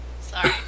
Sorry